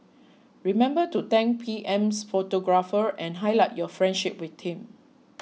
remember to thank PM's photographer and highlight your friendship with him